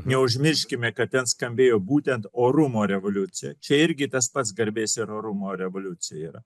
neužmirškime kad ten skambėjo būtent orumo revoliucija čia irgi tas pats garbės ir orumo revoliucija yra